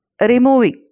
removing